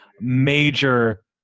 major